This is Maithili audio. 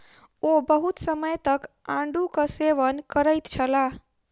ओ बहुत समय तक आड़ूक सेवन करैत छलाह